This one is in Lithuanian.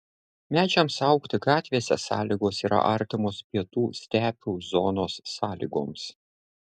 medžiams augti gatvėse sąlygos yra artimos pietų stepių zonos sąlygoms